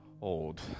old